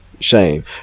Shame